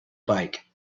bike